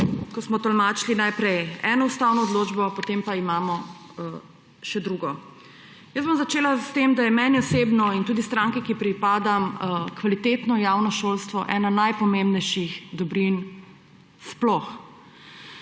ko smo tolmačili najprej eno ustavno odločbo, potem pa imamo še drugo. Jaz bom začela s tem, da je meni osebno in tudi stranki, ki jih pripadam, kvalitetno javno šolstvo ena najpomembnejši dobrih sploh.